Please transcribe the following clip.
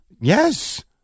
Yes